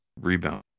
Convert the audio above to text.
Rebound